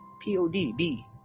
P-O-D-B